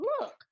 look